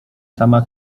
sama